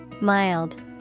Mild